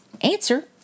Answer